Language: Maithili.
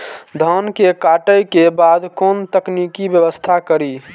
धान के काटे के बाद कोन तकनीकी व्यवस्था करी?